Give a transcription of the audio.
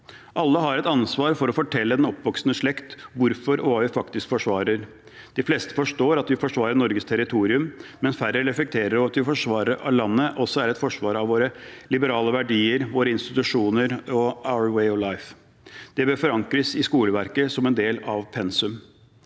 Alle har et ansvar for å fortelle den oppvoksende slekt hva vi faktisk forsvarer og hvorfor. De fleste forstår at vi forsvarer Norges territorium, mens færre reflekterer over at forsvaret av landet også er et forsvar av våre liberale verdier, våre institusjoner og «our way of life». Det bør forankres i skoleverket som en del av pensum.